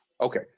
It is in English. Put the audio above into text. okay